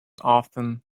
often